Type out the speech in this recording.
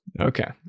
Okay